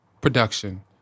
production